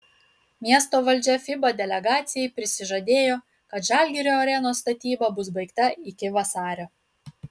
miesto valdžia fiba delegacijai prisižadėjo kad žalgirio arenos statyba bus baigta iki vasario